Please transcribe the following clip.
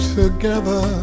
together